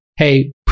Hey